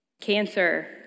Cancer